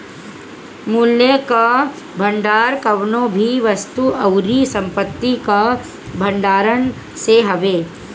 मूल्य कअ भंडार कवनो भी वस्तु अउरी संपत्ति कअ भण्डारण से हवे